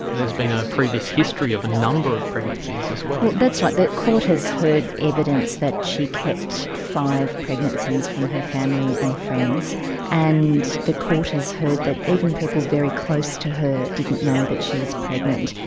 there's been a previous history of a number of pregnancies as well. well that's right, the court has heard evidence that she kept five pregnancies from her family and friends and the court has heard that even people very close to her didn't know that she was pregnant.